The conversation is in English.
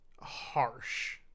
harsh